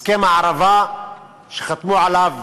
הסכם הערבה, שחתמו עליו